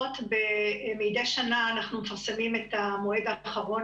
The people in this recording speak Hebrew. מדי שנה אנחנו מפרסמים את המועד האחרון